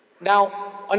now